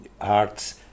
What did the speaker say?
arts